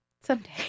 Someday